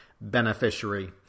beneficiary